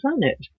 planet